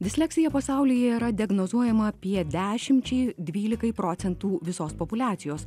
disleksija pasaulyje yra diagnozuojama apie dešimčiai dvylikai procentų visos populiacijos